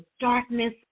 darkness